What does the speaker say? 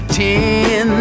ten